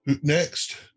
Next